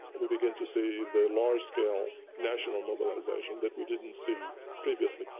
we begin to see the large scale national mobilization that we didn't see previously,